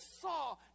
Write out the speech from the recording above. saw